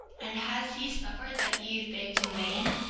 and has he suffered that ye have begged in vain?